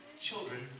children